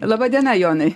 laba diena jonai